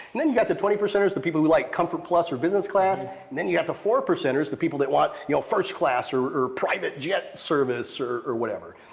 and then you got the twenty percenters, the people who like comfort plus or business class. and then you have the four percenters, the people that want, you know, first-class or or private jet service or or whatever.